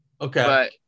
Okay